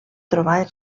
trobar